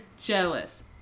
jealous